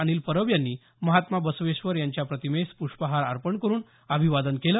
अनिल परब यांनी महात्मा बसवेश्वर यांच्या प्रतिमेस प्रष्पहार अर्पण करुन अभिवादन केलं